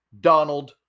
Donald